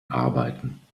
arbeiten